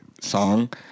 song